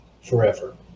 forever